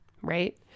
right